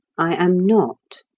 i am not.